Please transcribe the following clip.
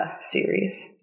series